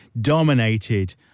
dominated